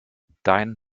dein